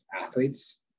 athletes